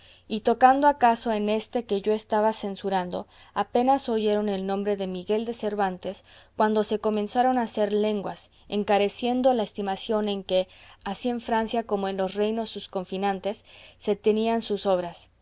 y tocando acaso en éste que yo estaba censurando apenas oyeron el nombre de miguel de cervantes cuando se comenzaron a hacer lenguas encareciendo la estimación en que así en francia como en los reinos sus confinantes se tenían sus obras